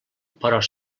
però